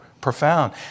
profound